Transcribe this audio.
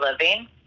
living